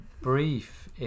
brief